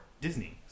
Disney